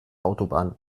autobahn